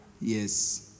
Yes